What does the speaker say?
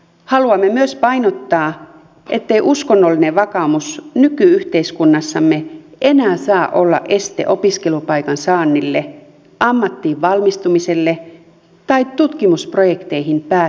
haluamme myös painottaa ettei uskonnollinen vakaumus nyky yhteiskunnassamme enää saa olla este opiskelupaikan saannille ammattiin valmistumiselle tai tutkimusprojekteihin pääsemiselle